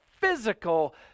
physical